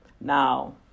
Now